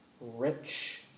rich